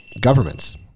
governments